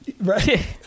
Right